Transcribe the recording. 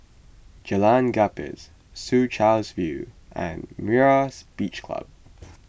Jalan Gapis Soo Chow's View and Myra's Beach Club